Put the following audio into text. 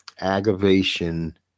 aggravation